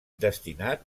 destinat